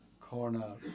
corner